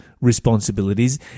responsibilities